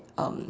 um